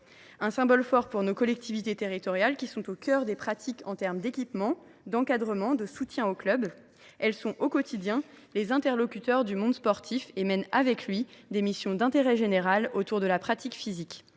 un symbole fort pour nos collectivités territoriales, qui sont au cœur des pratiques en termes d’équipements, d’encadrement et de soutien aux clubs. Elles sont en effet, au quotidien, les interlocutrices du monde sportif et mènent avec lui des missions d’intérêt général autour de la pratique physique.